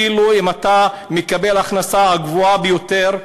אפילו אם אתה מקבל הכנסה גבוהה ביותר,